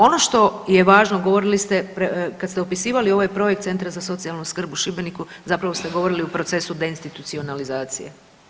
Ono što je važno govorili ste kad ste opisivali ovaj projekt Centra za socijalnu skrb u Šibeniku zapravo ste govorili o procesu deinstitucionalizacije.